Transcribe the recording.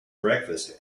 breakfast